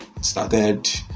started